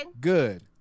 good